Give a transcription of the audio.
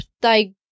thy